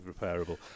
repairable